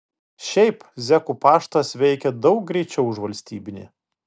šiaip zekų paštas veikia daug greičiau už valstybinį